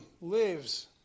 lives